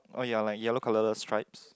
oh ya like yellow colorless stripes